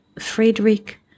Frederick